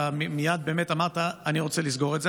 מייד אמרת באמת: אני רוצה לסגור את זה.